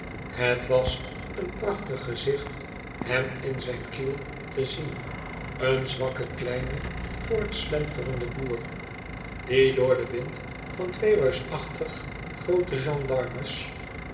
het was een prachtig gezicht hem in zijn kiel te zien een zwakken kleinen voortslenterenden boer die door den wind van twee reusachtig grootc gendarmes